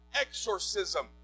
Exorcism